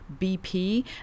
BP